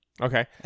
Okay